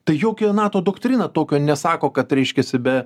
tai jokia nato doktrina tokio nesako kad reiškiasi be